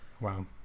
Wow